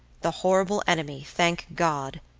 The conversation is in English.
the horrible enemy, thank god,